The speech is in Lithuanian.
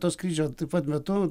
to skrydžio taip pat metu